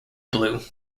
blue